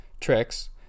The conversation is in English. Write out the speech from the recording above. tricks